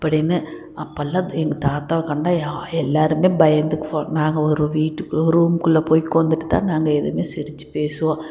அப்படின்னு அப்போல்லாம் எங்கள் தாத்தாவை கண்டா யா எல்லாருமே பயந்துக்குவோம் நாங்கள் ஒரு வீட்டு ரூம்க்குள்ளே போய் உட்காந்துட்டுதான் நாங்கள் எதுவுமே சிரிச்சு பேசுவோம்